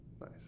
Nice